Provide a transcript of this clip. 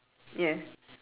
yes